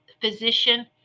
physician